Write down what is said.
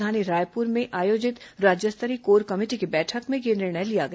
राजधानी रायपुर में आयोजित राज्य स्तरीय कोर कमेटी की बैठक में यह निर्णय लिया गया